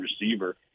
receiver